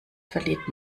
verliert